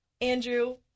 Andrew